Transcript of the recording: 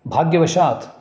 भाग्यवशात्